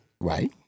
Right